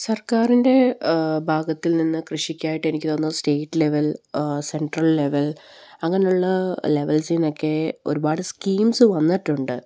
സർക്കാരിൻ്റെ ഭാഗത്ത് നിന്ന് കൃഷിക്കായിട്ട് എനിക്ക് തോന്നുന്നു സ്റ്റേറ്റ് ലെവൽ സെൻട്രൽ ലെവൽ അങ്ങനെയുള്ള ലെവൽസില് നിന്നൊക്കെ ഒരുപാട് സ്കീംസ് വന്നിട്ടുണ്ട്